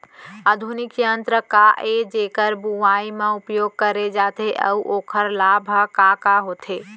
आधुनिक यंत्र का ए जेकर बुवाई म उपयोग करे जाथे अऊ ओखर लाभ ह का का होथे?